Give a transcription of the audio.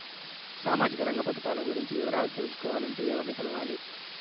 సామాజిక రంగ పథకాలు గురించి వివరాలు తెలుసుకోవాలంటే ఎవర్ని కలవాలి?